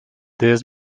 des